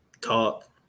talk